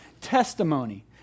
testimony